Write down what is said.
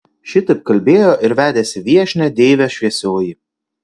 šitaip kalbėjo ir vedėsi viešnią deivė šviesioji